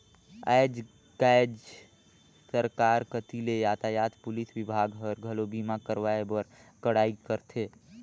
आयज कायज सरकार कति ले यातयात पुलिस विभाग हर, घलो बीमा करवाए बर कड़ाई करथे